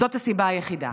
זאת הסיבה היחידה.